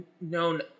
known